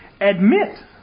admit